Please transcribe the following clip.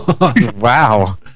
Wow